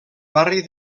barri